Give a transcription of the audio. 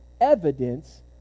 evidence